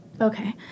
Okay